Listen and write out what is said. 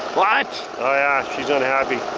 what? oh yeah, she's unhappy.